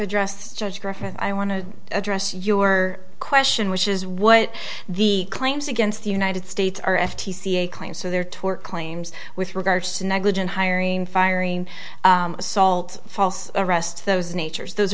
address judge griffin i want to address your question which is what the claims against the united states are f t c a claim so they're tort claims with regards to negligent hiring firing assault false arrest those natures those